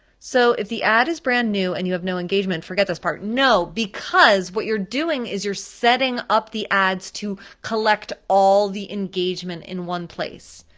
so if the ad is brand new and you have no engagement, forget this part, no, because what you're doing is you're setting up the ads to collect all the engagement in one place.